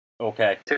Okay